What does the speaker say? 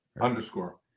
Underscore